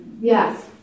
Yes